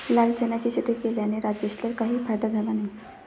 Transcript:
लाल चण्याची शेती केल्याने राजेशला काही फायदा झाला नाही